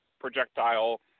projectile